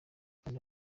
kanda